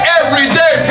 everyday